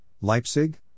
Leipzig